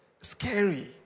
scary